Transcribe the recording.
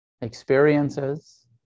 experiences